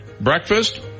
Breakfast